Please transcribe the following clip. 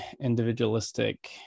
individualistic